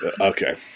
okay